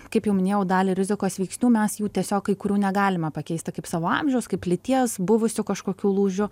kaip jau minėjau dalį rizikos veiksnių mes jų tiesiog kai kurių negalime pakeisti kaip savo amžiaus kaip lyties buvusių kažkokių lūžių